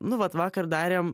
nu vat vakar darėm